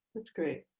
that's great.